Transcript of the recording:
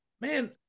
man